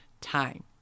time